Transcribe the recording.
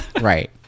Right